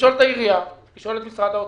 לשאול את העירייה, לשאול את משרד האוצר,